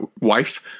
wife